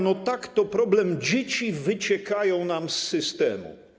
No tak, to problem, dzieci wyciekają nam z systemu.